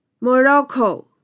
Morocco